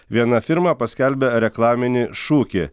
viena firma paskelbė reklaminį šūkį